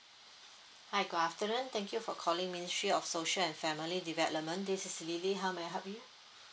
hi good afternoon thank you for calling ministry of social and family development this is lily how may I help you